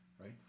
right